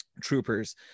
troopers